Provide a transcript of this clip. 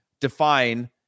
define